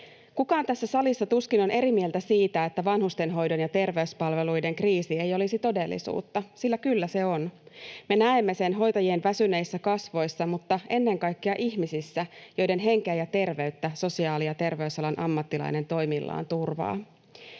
Kukaan tässä salissa tuskin on eri mieltä siitä, että vanhustenhoidon ja terveyspalveluiden kriisi on todellisuutta, sillä kyllä se on. Me näemme sen hoitajien väsyneissä kasvoissa, mutta ennen kaikkea ihmisissä, joiden henkeä ja terveyttä sosiaali- ja terveysalan ammattilainen toimillaan turvaa: